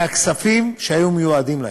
מהכספים שהיו מיועדים להן.